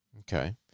Okay